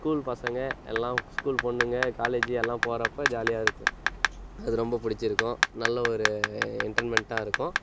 school பசங்கள் எல்லாம் school பொண்ணுங்கள் காலேஜி எல்லாம் போகிறப்ப ஜாலியாக இருக்கும் அது ரொம்ப பிடிச்சிருக்கும் நல்ல ஒரு எண்டர்மெண்ட்டாக இருக்கும்